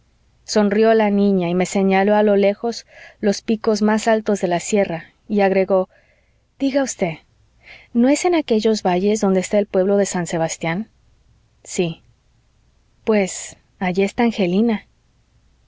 sonrió la niña y me señaló a lo lejos los picos más altos de la sierra y agregó diga usted no es en aquellos valles donde está el pueblo de san sebastián sí pues allí está angelina